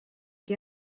què